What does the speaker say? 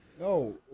No